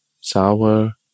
sour